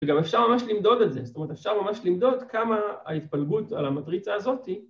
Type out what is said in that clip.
וגם אפשר ממש למדוד את זה, זאת אומרת אפשר ממש למדוד כמה ההתפלגות על המטריצה הזאתי